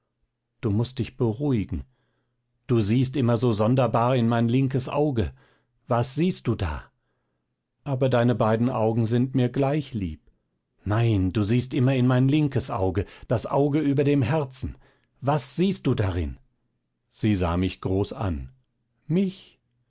du mußt dich beruhigen du siehst immer so sonderbar in mein linkes auge was siehst du da aber deine beiden augen sind mir gleich lieb nein du siehst immer in mein linkes auge das auge über dem herzen was siehst du darin sie sah mich groß an mich